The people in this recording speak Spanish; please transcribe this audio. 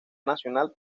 nacional